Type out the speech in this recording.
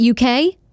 uk